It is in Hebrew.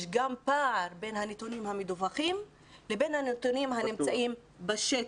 יש גם פער בין הנתונים המדווחים לבין הנתונים הנמצאים בשטח.